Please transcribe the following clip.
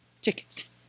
Tickets